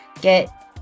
get